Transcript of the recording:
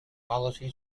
policy